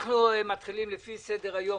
אנחנו מתחילים לפי סדר-היום,